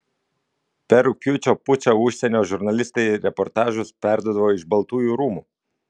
per rugpjūčio pučą užsienio žurnalistai reportažus perduodavo iš baltųjų rūmų